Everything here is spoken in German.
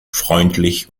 freundlich